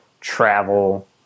travel